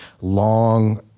long